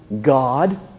God